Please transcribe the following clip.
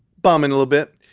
bombing a little bit,